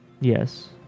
Yes